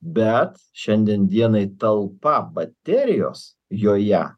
bet šiandien dienai talpa baterijos joje